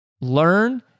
learn